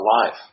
life